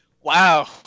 Wow